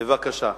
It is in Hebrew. בבקשה.